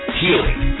healing